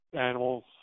animals